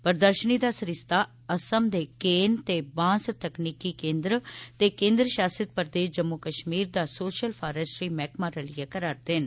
प्रदर्शनी दा सरिस्ता असम दे केन ते बांस तकनीकी केन्द्र ते केन्द्रशासित प्रदेश जम्मू कश्मीर दा सोशल फारेस्टरी मैह्कमा रलियै करा'रदे न